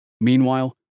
Meanwhile